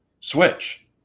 switch